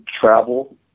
travel